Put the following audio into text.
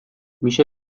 میشه